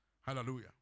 Hallelujah